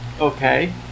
okay